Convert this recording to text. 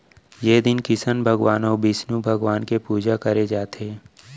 ए दिन किसन भगवान अउ बिस्नु भगवान के पूजा करे जाथे